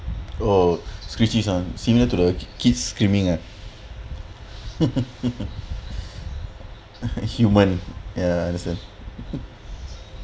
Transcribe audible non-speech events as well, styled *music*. oh screechy ah similar to the kids screaming ah *laughs* human ya understand *laughs*